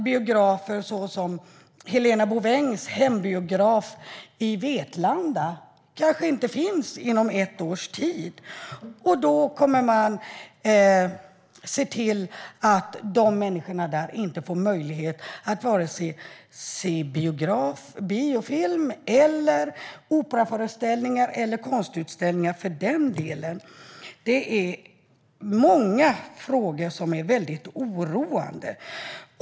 Biografer såsom Helena Bouvengs hembiograf i Vetlanda kanske inte finns inom ett års tid. Man kommer då se till att människorna där inte får möjlighet att se vare sig biofilm, operaföreställningar eller konstutställningar för den delen. Det är många frågor som är väldigt oroande.